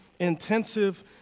intensive